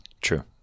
True